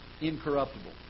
Incorruptible